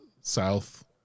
South